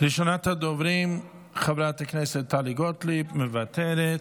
ראשונת הדוברים, חברת הכנסת טלי גוטליב, מוותרת,